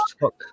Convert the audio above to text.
Hook